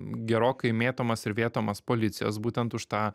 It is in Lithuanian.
gerokai mėtomas ir vėtomas policijos būtent už tą